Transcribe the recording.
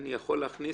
זה נורמטיבי לחלוטין.